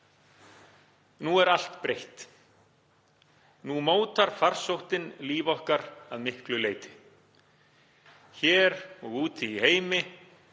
Nú er allt breytt. Nú mótar farsóttin líf okkar að miklu leyti. Hér og úti í heimi